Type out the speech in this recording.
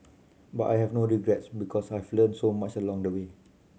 but I have no regrets because I've learnt so much along the way